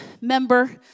member